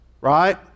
right